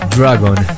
Dragon